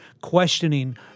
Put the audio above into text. questioning